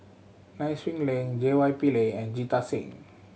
Nai Swee Leng J Y Pillay and Jita Singh